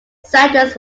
settlers